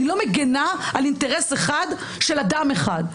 אני לא מגינה על אינטרס אחד של אדם אחד.